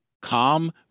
Calm